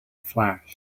flash